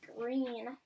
green